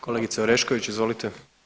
Kolegice Orešković izvolite.